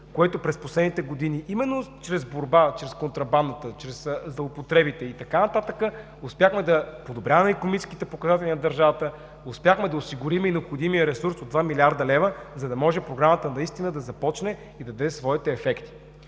което през последните години именно чрез борба с контрабандата, чрез злоупотребите и така нататък успяхме да подобряваме икономическите показатели на държавата, успяхме да осигурим и необходимия ресурс от 2 млрд. лв., за да може Програмата да започне и да даде своите ефекти.